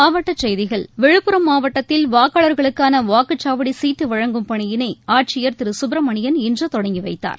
மாவட்டக் செய்திகள் வழங்கும் விழப்புரம் மாவட்டத்தில் வாக்காளர்களுக்கான வாக்குச்சாவடி சீட்டு பணியினை ஆட்சியர் திரு சுப்பிரமணியன் இன்று தொடங்கி வைத்தார்